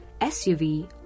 SUV